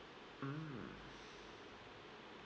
mm